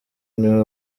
niwe